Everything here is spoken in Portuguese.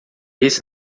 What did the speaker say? esse